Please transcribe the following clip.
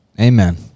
Amen